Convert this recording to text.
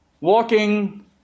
walking